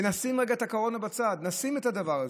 ונשים רגע את הקורונה בצד, נשים בצד את הדבר הזה.